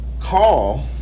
call